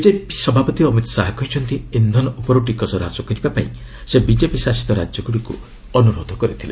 BJP ସଭାପତି ଅମିତ୍ ଶାହା କହିଛନ୍ତି ଇନ୍ଧନ ଉପରୁ ଟିକସ ହ୍ରାସ କରିବାପାଇଁ ସେ ବିଜେପି ଶାସିତ ରାଜ୍ୟଗୁଡ଼ିକୁ ଅନ୍ତରୋଧ କରିଥିଲେ